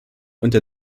unter